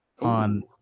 on